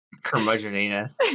Curmudgeoniness